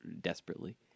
desperately